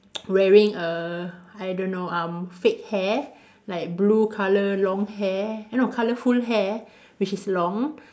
wearing a I don't know um fake hair like blue colour long hair eh no colourful hair which is long